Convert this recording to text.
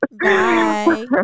Bye